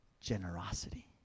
generosity